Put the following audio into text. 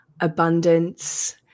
abundance